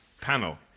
panel